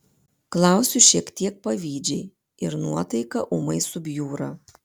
klausiu šiek tiek pavydžiai ir nuotaika ūmai subjūra